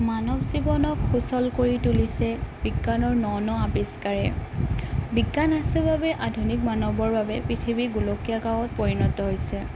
মানৱ জীৱনক সূচল কৰি তুলিছে বিজ্ঞানৰ ন ন আৱিষ্কাৰে বিজ্ঞান আছে বাবে আধুনিক মানৱৰ বাবে পৃথিৱী গোলকীয় গাঁৱত পৰিণত হৈছে